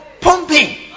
Pumping